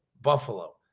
Buffalo